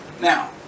Now